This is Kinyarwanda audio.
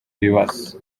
ibibazo